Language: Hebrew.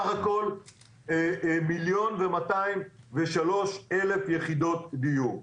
סך הכול 1.2 מיליון יחידות דיור.